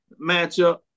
matchup